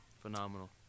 phenomenal